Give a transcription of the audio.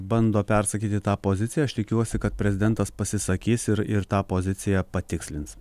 bando persakyti tą poziciją aš tikiuosi kad prezidentas pasisakys ir ir tą poziciją patikslins